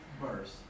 verse